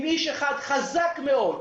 עם איש אחד חזק מאוד,